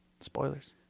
Spoilers